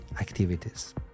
activities